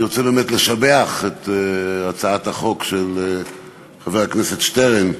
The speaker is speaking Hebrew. אני רוצה באמת לשבח את הצעת החוק של חבר הכנסת שטרן,